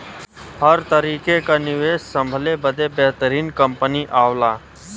हर तरीके क निवेस संभले बदे बेहतरीन कंपनी आवला